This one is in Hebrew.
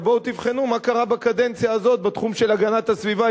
אבל בואו תבחנו מה קרה בקדנציה הזאת בתחום של הגנת הסביבה.